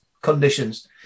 conditions